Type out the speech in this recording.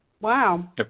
Wow